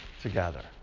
together